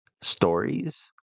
stories